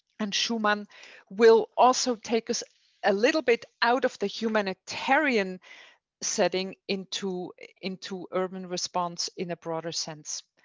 and schoeman will also take us a little bit out of the humanitarian setting into into urban response in a broader sense.